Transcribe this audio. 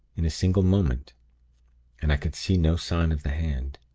in a single moment and i could see no sign of the hand.